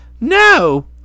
No